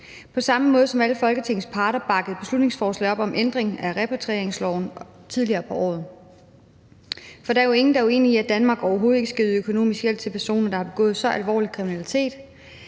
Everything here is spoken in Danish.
på samme måde som alle Folketingets partier bakkede et beslutningsforslag op om ændring af repatrieringsloven tidligere på året. For der er jo ingen, der er uenig i, at Danmark overhovedet ikke skal yde økonomisk hjælp til personer, der har begået så alvorlig kriminalitet,